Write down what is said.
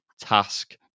task